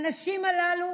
הנשים הללו